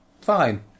fine